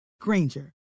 Granger